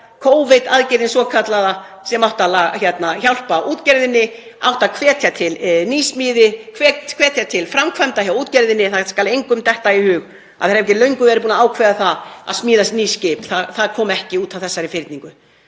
Covid-aðgerðin svokallaða sem átti að hjálpa útgerðinni, átti að hvetja til nýsmíði, hvetja til framkvæmda hjá útgerðinni — það skal engum detta í hug að þeir hafi ekki verið löngu búnir að ákveða það að smíða ný skip. Það kom ekki út af þessari fyrningu.